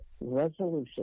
resolution